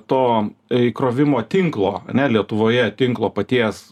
to įkrovimo tinklo ane lietuvoje tinklo paties